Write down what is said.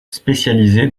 spécialisé